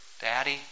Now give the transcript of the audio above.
daddy